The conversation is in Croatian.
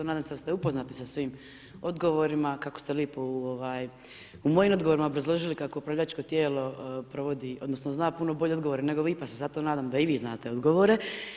Nadam se da ste upoznati sa svim odgovorima kako ste lijepo u mojim odgovorima obrazložili kako upravljačko tijelo provodi, odnosno zna puno bolje odgovore nego vi, pa se zato nadam da i vi znate odgovore.